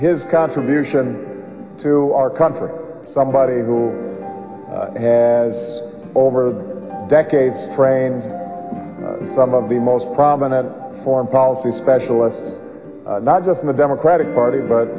solution to our country somebody who has over decades trained some of the most prominent foreign policy specialists not just in the democratic party but